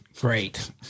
Great